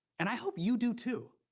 and i hope you do too.